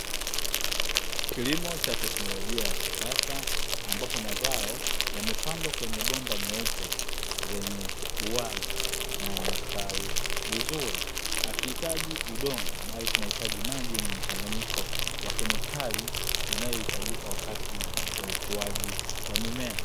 Kilimo cha teknolojia ya kisasa ambapo mazao yamepandwa kwenye bomba meupe yenye uwazi na yamestawi vizuri. Hakihitaji udongo bali kinahitaji maji yenye mchanganyiko wa kemikali inayohitajika wakati wa ukuaji wa mimea.